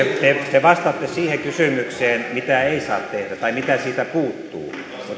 te vastaatte siihen kysymykseen mitä ei saa tehdä tai mitä siitä puuttuu